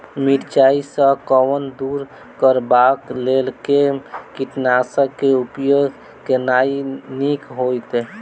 मिरचाई सँ कवक दूर करबाक लेल केँ कीटनासक केँ उपयोग केनाइ नीक होइत?